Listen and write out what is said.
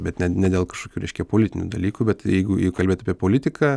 bet ne ne dėl kažkokių reiškia politinių dalykų bet jeigu kalbėt apie politiką